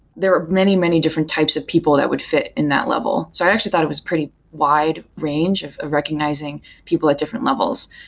there are many, many different types of people that would fit in that level. so i actually thought it was a pretty wide range of of recogn izing people at different levels.